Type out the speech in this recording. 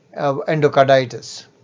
endocarditis